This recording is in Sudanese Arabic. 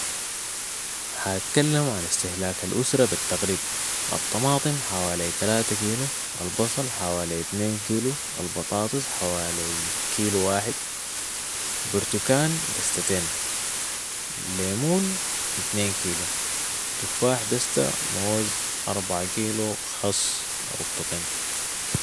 حاتكلم عن استهلاك الاسرة بالتقريب. الطماطم حوالي تلاته كيلو، البصل حوالي اتنين كيلو، البطاطس حوالي كيلو واحد، برتكان دستتين، لمون اتنين كيلو، تفاح دستة، موز اربعة كيلو، خس ربطتين.